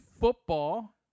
football